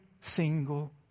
single